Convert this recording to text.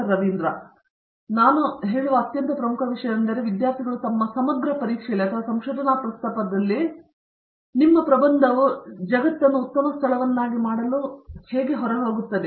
ರವೀಂದ್ರ ಗೆಟ್ಟು ಸರಿ ನಾನು ಹೇಳುವ ಅತ್ಯಂತ ಪ್ರಮುಖ ವಿಷಯವೆಂದರೆ ವಿದ್ಯಾರ್ಥಿಗಳು ತಮ್ಮ ಸಮಗ್ರ ಪರೀಕ್ಷೆಯಲ್ಲಿ ಅಥವಾ ಸಂಶೋಧನಾ ಪ್ರಸ್ತಾಪದಲ್ಲಿ ನಿಮ್ಮ ಪ್ರಬಂಧವು ಜಗತ್ತನ್ನು ಉತ್ತಮ ಸ್ಥಳವಾಗಿ ಮಾಡಲು ಹೇಗೆ ಹೋಗುತ್ತದೆ